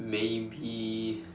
maybe